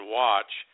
watch